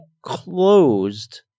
closed